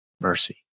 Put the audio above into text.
mercy